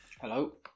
Hello